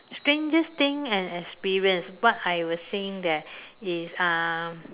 strangest thing and experience what I was saying that is um